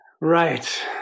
Right